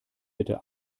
bitte